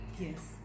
Yes